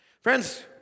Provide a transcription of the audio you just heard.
Friends